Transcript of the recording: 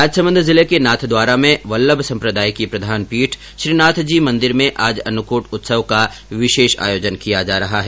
राजसमंद जिले के नाथद्वारा में वल्लभ सम्प्रदाय की प्रधान पीठ श्रीनाथजी मन्दिर में आज अन्नकूट उत्सव का विशेष आयोजन किया जा रहा है